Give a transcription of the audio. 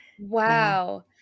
Wow